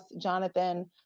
Jonathan